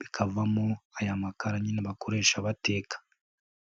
bikavamo aya makara nyine bakoresha bateka.